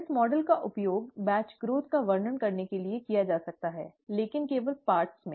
इस मॉडल का उपयोग बैच ग्रोथ का वर्णन करने के लिए किया जा सकता है लेकिन केवल भागों में